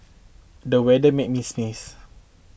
the weather made me sneeze